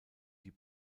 die